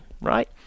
right